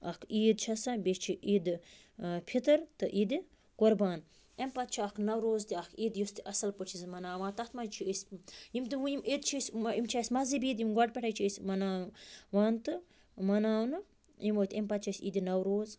اَکھ عیٖد چھِ آسان بیٚیہِ چھےٚ عیٖدِ فطر تہِ عیٖدِ قربان أمۍ پَتہٕ چھِ اَکھ نَوروز تہِ اَکھ عیٖد یُس تہِ اصٕل پٲٹھۍ تہِ چھِ أسۍ مناوان تَتھ منٛز چھِ أسۍ یِم تِم وٕ یِم عِد چھِ اَسہِ یِم چھِ اَسہِ مزہبی عیٖد یِم گۄڈٕپٮ۪ٹھٕے چھِ أسۍ مناوان مناونہٕ یِم وٲتۍ أمۍ پَتہٕ چھِ اَسہِ عیٖدِ نَوروز